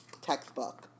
textbook